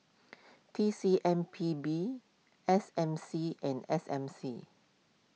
T C M P B S M C and S M C